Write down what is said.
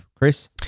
Chris